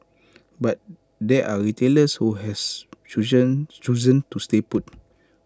but there are retailers who has chosen to stay put